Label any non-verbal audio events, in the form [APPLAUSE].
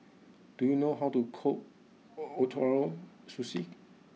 do you know how to cook [HESITATION] Ootoro Sushi